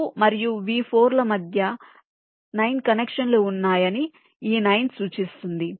V2 మరియు V4 ల మధ్య 9 కనెక్షన్లు ఉన్నాయని ఈ 9 సూచిస్తుంది